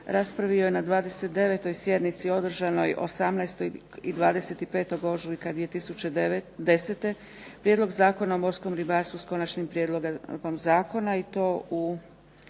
raspravio je na 29. sjednici održanoj 18. i 25. ožujka 2010. Prijedlog Zakona o morskom ribarstvu s konačnim prijedlogom zakona i to kao